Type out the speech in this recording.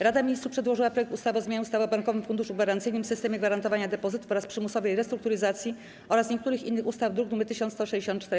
Rada Ministrów przedłożyła projekt ustawy o zmianie ustawy o Bankowym Funduszu Gwarancyjnym, systemie gwarantowania depozytów oraz przymusowej restrukturyzacji oraz niektórych innych ustaw, druk nr 1164.